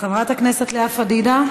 חברת הכנסת לאה פדידה,